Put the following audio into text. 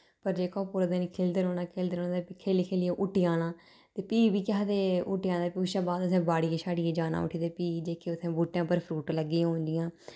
पर जेह्का ओह् पूरे दिन खेढदे रौह्ना खेलदे रौह्ना ते फ्ही खेढी खेढियै हुट्टी जाना ते फ्ही बी केह् आखदे हुट्टी जाना फ्ही उदे शा बाद असें बाड़िये शाढ़िये जाना उठी ते फ्ही जेह्के उत्थै बुट्टे उप्पर फ्रूट लग्गे होन जि'यां